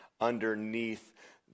underneath